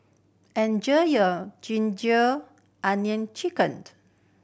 enjoy your ginger onion chicken